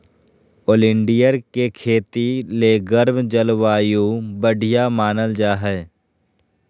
oleander के खेती ले गर्म जलवायु बढ़िया मानल जा हय